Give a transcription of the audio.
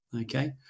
Okay